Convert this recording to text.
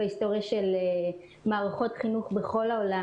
בהיסטוריה של מערכות חינוך בכל העולם,